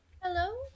Hello